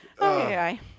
Okay